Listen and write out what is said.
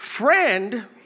Friend